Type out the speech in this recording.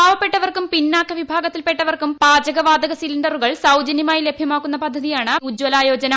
പാവപ്പെട്ടവർക്കും പിന്നാക്ക വിഭാഗത്തിൽപ്പെട്ടവർക്കും പാചക വാതക സിലിണ്ടറുകൾ സൌജന്യമായി ലഭ്യമാക്കുന്ന പദ്ധതിയാണ് പ്രധാനമന്ത്രി ഉജ്ജ്വല യോജന